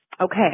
Okay